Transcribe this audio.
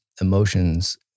emotions